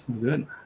Good